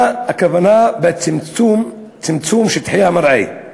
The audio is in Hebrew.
מה הכוונה ב"צמצום שטחי המרעה"?